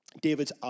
David's